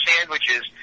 sandwiches